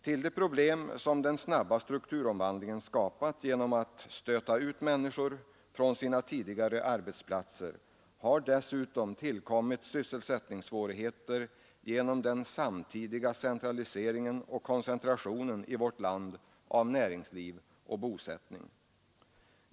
Till de problem som den snabba strukturomvandlingen skapat genom att stöta ut människor från deras tidigare arbetsplatser har dessutom kommit sysselsättningssvårigheter genom den samtidiga centraliseringen och koncentrationen i vårt land av näringsliv och bosättning.